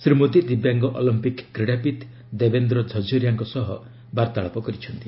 ଶ୍ରୀ ମୋଦି ଦିବ୍ୟାଙ୍ଗ ଅଲମ୍ପିକ୍ କ୍ରୀଡ଼ାବିତ୍ ଦେବେନ୍ଦ୍ର ଝରଝରିଆଙ୍କ ସହ ବାର୍ତ୍ତାଳାପ କରିଛନ୍ତି